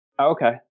Okay